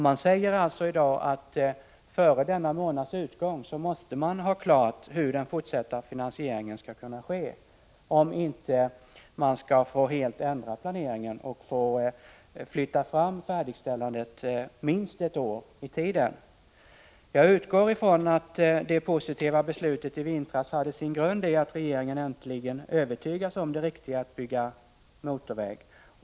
Man säger alltså i dag att man före månadens utgång måste ha klart hur den fortsatta finansieringen skall kunna ske. Annars kommer man att få helt ändra planeringen och flytta fram färdigställandet minst ett år i tiden. Jag utgår ifrån att det positiva beslutet i vintras hade sin grund i att regeringen äntligen övertygats om det riktiga i att bygga motorväg.